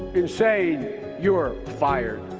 in saying you're fired?